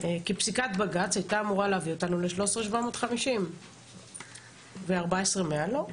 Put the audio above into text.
כי פסיקת בג"צ הייתה אמורה להביא אותנו ל-13,750 ו-14,100 לא.